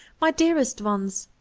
my dearest ones!